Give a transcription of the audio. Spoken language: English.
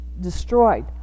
destroyed